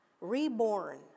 reborn